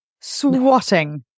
Swatting